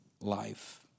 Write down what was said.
life